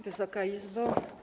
Wysoka Izbo!